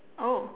oh